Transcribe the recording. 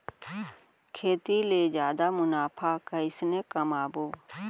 खेती ले जादा मुनाफा कइसने कमाबो?